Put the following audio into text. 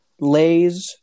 Lay's